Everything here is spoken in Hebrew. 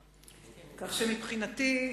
מבחינתי,